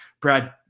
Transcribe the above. Brad